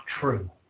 true